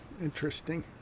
interesting